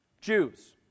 Jews